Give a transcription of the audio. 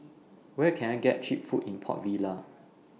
Where Can I get Cheap Food in Port Vila